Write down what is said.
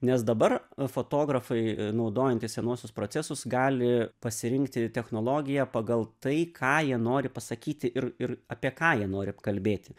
nes dabar fotografai naudojantys senuosius procesus gali pasirinkti technologiją pagal tai ką jie nori pasakyti ir ir apie ką jie nori apkalbėti